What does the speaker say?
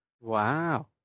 Wow